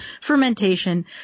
fermentation